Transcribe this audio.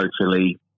socially